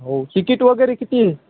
हो तिकीट वगैरे किती